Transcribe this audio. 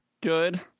Good